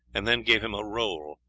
and then gave him a roll,